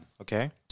Okay